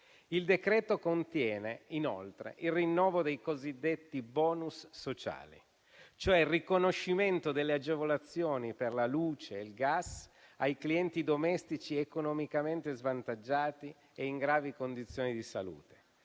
Il decreto contiene inoltre il rinnovo dei cosiddetti *bonus* sociali, cioè il riconoscimento delle agevolazioni per la luce e il gas ai clienti domestici economicamente svantaggiati e in gravi condizioni di salute,